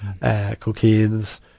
cocaines